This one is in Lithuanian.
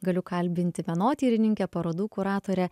galiu kalbinti menotyrininkę parodų kuratorę